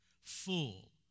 full